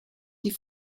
die